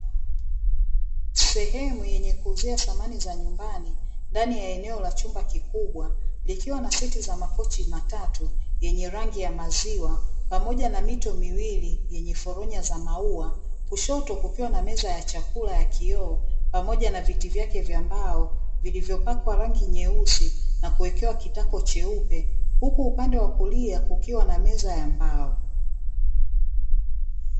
Sehemu yenye kuuzia samani za nyumbani, ndani ya eneo la chumba kikubwa likiwa na seti za makochi matatu yenye rangi ya maziwa pamoja na mito miwili yenye foronya za maua, kushoto kukiwa na meza ya chakula ya kioo pamoja na viti vyake vya mbao, vilivyopakwa rangi nyeusi na kuwekewa kitako cheupe huku upande wa kulia kukiwa na meza ya mbao.